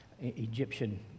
Egyptian